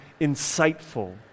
insightful